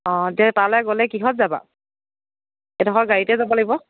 অ' এতিয়া তালৈ গ'লে কিহত যাবা এইডখৰ গাড়ীতে যাব লাগিব